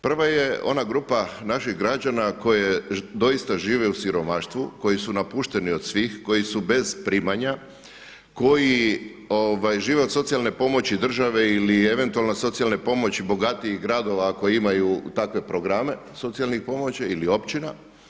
Prva je ona grupa naših građana koje doista žive u siromaštvu, koji su napušteni od svih, koji su bez primanja, koji žive od socijalne pomoći države ili eventualno socijalne pomoći bogatijih gradova ako imaju takve programe socijalnih pomoći ili općina.